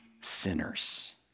sinners